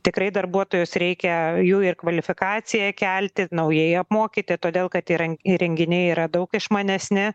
tikrai darbuotojus reikia jų ir kvalifikaciją kelti naujai apmokyti todėl kad yra įrenginiai yra daug išmanesni